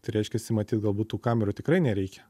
tai reiškiasi matyt galbūt tų kamerų tikrai nereikia